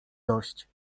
dość